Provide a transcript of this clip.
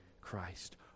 Christ